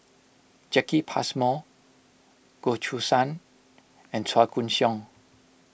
Jacki Passmore Goh Choo San and Chua Koon Siong